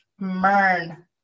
MERN